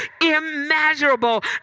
immeasurable